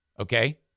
Okay